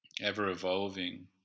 ever-evolving